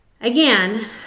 Again